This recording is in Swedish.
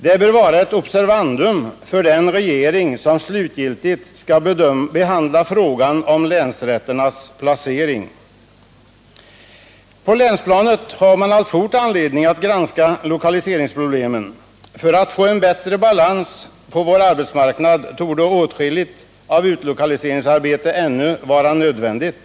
Det bör vara ett observandum för den regering som slutgiltigt skall behandla frågan om länsrätternas placering. På länsplanet har man alltfort anledning att granska lokaliseringsproblemen. För att få en bättre balans på vår arbetsmarknad torde åtskilligt utlokaliseringsarbete ännu vara nödvändigt.